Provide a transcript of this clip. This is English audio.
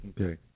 Okay